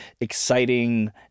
exciting